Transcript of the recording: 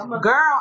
Girl